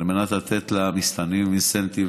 כדי לתת למסתננים אינסנטיב,